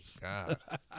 God